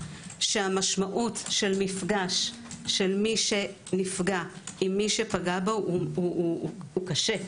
שהמשמעות של מפגש של מי שנפגע עם מי שפגע בו - הוא קשה.